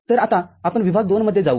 तर आता आपण विभाग II मध्ये जाऊ